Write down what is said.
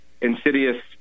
insidious